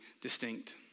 distinct